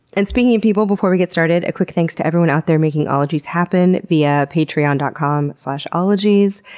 and speaking of people, before we get started, a quick thanks to everyone out there making ologies happen via patreon dot com slash ologies.